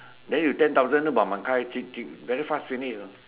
then you ten thousand hokkien very fast finish you know